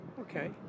Okay